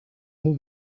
nur